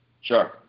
Sure